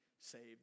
saved